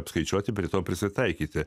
apskaičiuoti prie to prisitaikyti